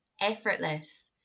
effortless